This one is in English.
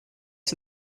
are